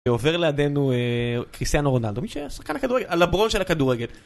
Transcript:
ועובר לידינו כריסטיאנו רונלדו, מי שהיה שרקן הכדורגל, הלברון של הכדורגל.